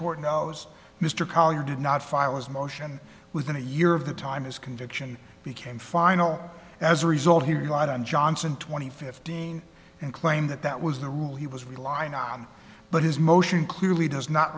knows mr collier did not file as motion within a year of the time his conviction became final as a result he relied on johnson twenty fifteen and claim that that was the rule he was relying on but his motion clearly does not